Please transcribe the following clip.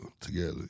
together